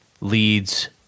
leads